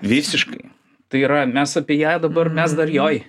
visiškai tai yra mes apie ją dabar mes dar joj